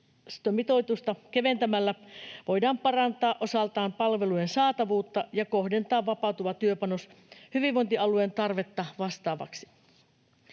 keventämällä voidaan parantaa osaltaan palvelujen saatavuutta ja kohdentaa vapautuva työpanos hyvinvointialueen tarvetta vastaavaksi.